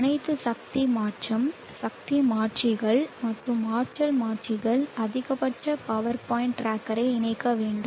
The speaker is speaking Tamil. அனைத்து சக்தி மாற்றம் சக்தி மாற்றிகள் மற்றும் ஆற்றல் மாற்றிகள் அதிகபட்ச பவர் பாயிண்ட் டிராக்கரை இணைக்க வேண்டும்